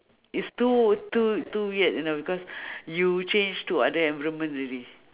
it's too too too weird you know because you change to other environment already